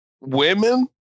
Women